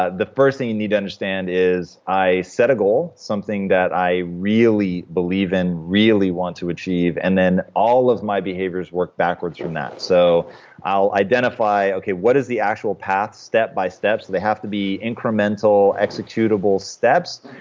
ah the first thing you need to understand is, i set a goal, something that i really believe in, really want to achieve, and then all of my behaviors work backwards from that. so i'll identify, okay, what is the actual path step by step? they have to be incremental, executable steps,